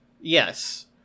Yes